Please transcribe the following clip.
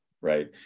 right